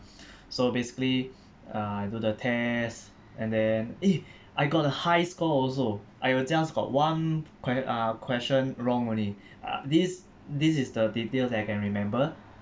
so basically uh I do the tests and then eh I got the high score also I will just got one que~ uh question wrong only uh this this is the detail that I can remember